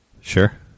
Sure